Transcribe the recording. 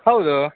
ಹೌದು